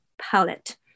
palette